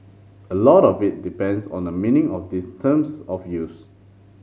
a lot of it depends on the meaning of these terms of use